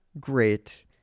great